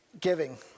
giving